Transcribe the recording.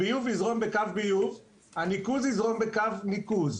הביוב יזרום בקו ביוב, הניקוז יזרום בקו ניקוז.